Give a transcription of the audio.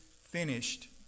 finished